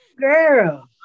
girl